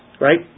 right